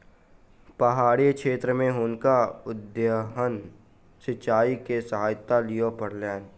पहाड़ी क्षेत्र में हुनका उद्वहन सिचाई के सहायता लिअ पड़लैन